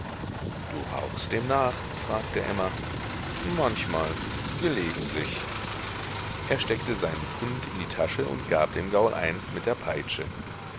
du rauchst demnach fragte emma manchmal gelegentlich er steckte seinen fund in die tasche und gab dem gaul eins mit der peitsche